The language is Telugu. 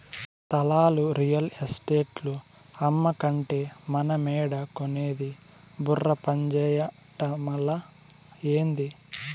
స్థలాలు రియల్ ఎస్టేటోల్లు అమ్మకంటే మనమేడ కొనేది బుర్ర పంజేయటమలా, ఏంది